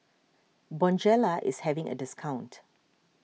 Bonjela is having a discount